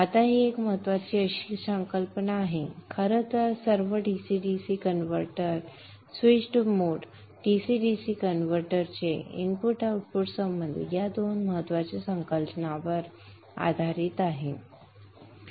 आता ही एक अतिशय महत्त्वाची संकल्पना आहे खरेतर सर्व DC DC converter switched mode DC DC कन्व्हर्टरचे इनपुट आउटपुट संबंध या दोन महत्त्वाच्या संकल्पनांवर आधारित आहेत